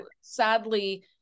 sadly